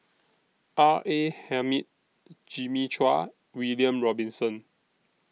R A Hamid Jimmy Chua William Robinson